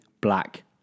black